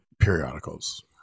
periodicals